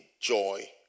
joy